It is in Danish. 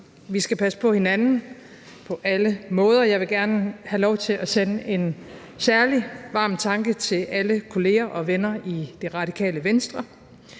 vi skal passe på hinanden på alle måder, og jeg vil gerne have lov til at sende en særlig varm tanke til alle kolleger og venner i Det Radikale Venstre